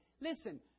Listen